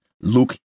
Luke